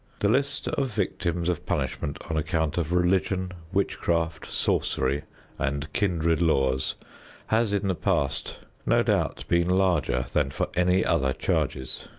the list of victims of punishment on account of religion, witchcraft, sorcery and kindred laws has in the past no doubt been larger than for any other charges.